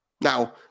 now